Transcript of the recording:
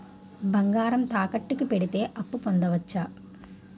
బంగారం తాకట్టు కి పెడితే అప్పు పొందవచ్చ?